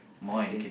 I see